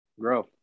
Growth